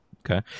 okay